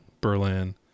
Berlin